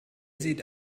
sieht